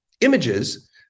images